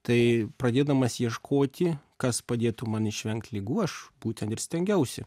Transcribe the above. tai pradėdamas ieškoti kas padėtų man išvengti ligų aš būtent ir stengiausi